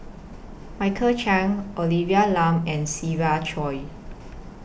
Michael Chiang Olivia Lum and Siva Choy